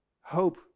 hope